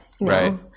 Right